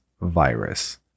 virus